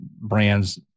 brands